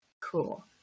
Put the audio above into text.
Cool